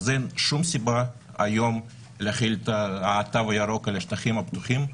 אין שום סיבה היום להחיל את התו הירוק על השטחים הפתוחים.